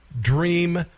dream